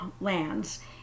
lands